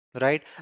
right